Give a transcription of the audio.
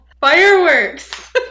Fireworks